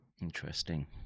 Interesting